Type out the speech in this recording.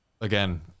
Again